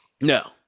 No